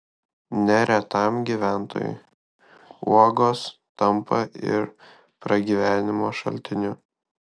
neretam gyventojui uogos tampa ir pragyvenimo šaltiniu